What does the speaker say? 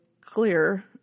clear